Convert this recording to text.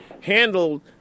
handled